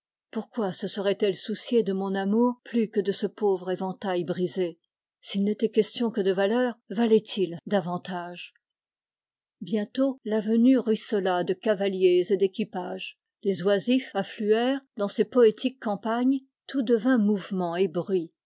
pourquoi se serait-elle souciée de mon amour plus que de ce pauvre éventail brisé s'il n'était question que de valeur valait-il davantage bientôt l'avenue ruissela de cavaliers et d'équipages les oisifs affluèrent dans ces poétiques campagnes tout devint mouvement et